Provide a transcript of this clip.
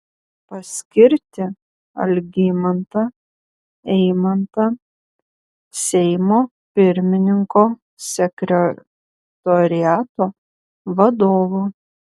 paskirti algimantą eimantą seimo pirmininko sekretoriato vadovu